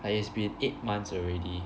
it's been eight months already